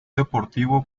deportivo